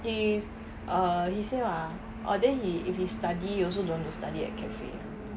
if err he say what ah orh then if he study also don't want to study at cafe